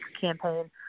campaign